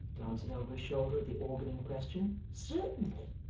glancing over his shoulder at the organ in question, certainly.